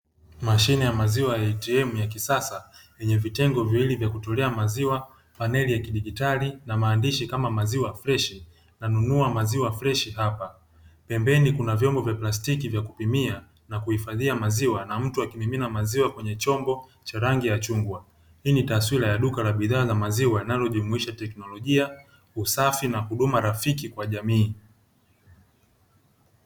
Mashine ya maziwa ya ATM ya kisasa yenye vitengo viwili vya kutolea maziwa, paneli ya kidigitali na maandishi kama maziwa fresh na nunua maziwa fresh hapa pembeni kuna vyombo vya plastiki vya kupimia na kuhifadhia maziwa na mtu akimimina maziwa kwenye chombo cha rangi ya chungwa. Hii ni taswira ya duka la maziwa linalojumusiha teknolojia, usafi na huduma kwa jamii